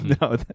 No